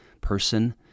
person